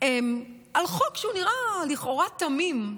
על חוק שנראה לכאורה תמים,